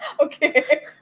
Okay